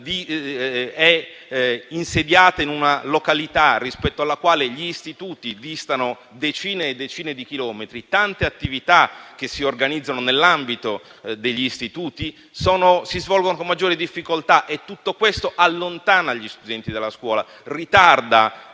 scolastica in una località rispetto alla quale gli istituti distano decine e decine di chilometri, tante attività che si organizzano nell'ambito degli istituti stessi si svolgeranno con maggiore difficoltà e tutto questo allontana gli studenti della scuola, ritarda